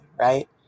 right